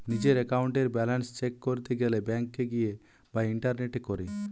নিজের একাউন্টের balance check করতে গেলে ব্যাংকে গিয়ে বা ইন্টারনেটে করে